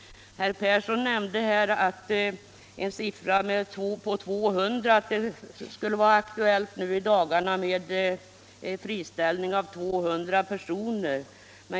Herr Persson i Heden nämnde att det skulle vara aktuellt nu i dagarna med en friställning av 200 personer.